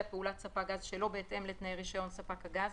פעולת ספק גז שלא בהתאם לתנאי רישיון ספק הגז,